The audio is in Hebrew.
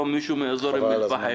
היום התקשר מישהו מאזור אום אל פחם.